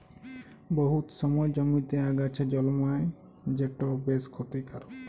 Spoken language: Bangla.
বহুত সময় জমিতে আগাছা জল্মায় যেট বেশ খ্যতিকারক